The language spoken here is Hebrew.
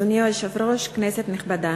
אדוני היושב-ראש, כנסת נכבדה,